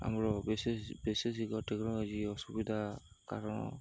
ଆମର ବିଶେଷ ଟେକ୍ନୋଲୋଜି ଅସୁବିଧା କାରଣ